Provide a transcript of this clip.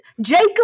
Jacob